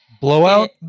Blowout